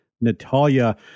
Natalia